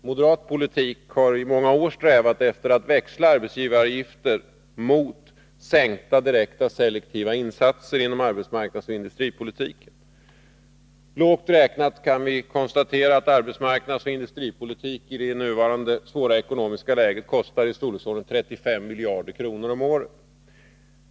Moderat politik har i många år strävat efter att växla arbetsgivaravgifter mot sänkta direkta selektiva insatser inom arbetsmarkandsoch industripolitiken. Vi kan konstatera, att lågt räknat är kostnaderna för arbetsmarknadsoch industripolitiken, i det nuvarande svåra ekonomiska läget, i storleksordningen 35 miljarder om året.